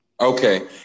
Okay